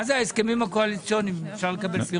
אם אפשר לקבל פירוט לגבי ההסכמים הקואליציוניים.